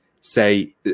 say